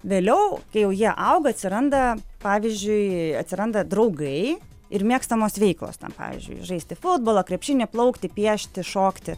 vėliau kai jau jie auga atsiranda pavyzdžiui atsiranda draugai ir mėgstamos veiklos pavyzdžiui žaisti futbolą krepšinį plaukti piešti šokti